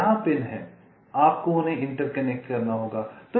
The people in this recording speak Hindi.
यहाँ पिन हैं आपको उन्हें इंटरकनेक्ट करना होगा